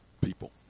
people